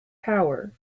power